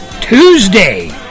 Tuesday